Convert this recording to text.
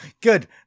good